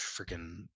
freaking